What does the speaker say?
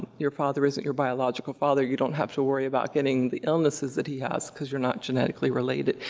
your father isn't your biological father, you don't have to worry about getting the illnesses that he has cause you're not genetically related.